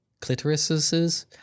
clitorises